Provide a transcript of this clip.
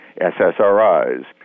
SSRIs